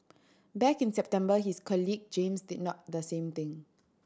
back in September his colleague James did not the same thing